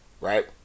Right